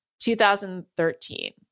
2013